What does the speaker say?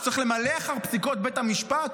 שצריך למלא אחר פסיקות בית המשפט,